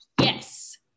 yes